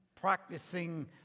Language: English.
Practicing